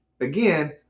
Again